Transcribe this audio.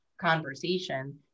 conversation